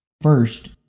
First